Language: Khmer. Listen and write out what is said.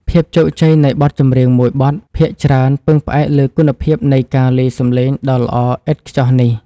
ភាពជោគជ័យនៃបទចម្រៀងមួយបទភាគច្រើនពឹងផ្អែកលើគុណភាពនៃការលាយសំឡេងដ៏ល្អឥតខ្ចោះនេះ។